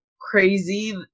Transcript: crazy